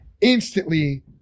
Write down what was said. Instantly